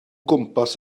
gwmpas